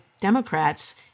Democrats